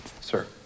sir